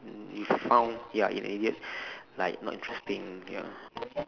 y~ you found ya and yet like not interesting ya